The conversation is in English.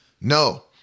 no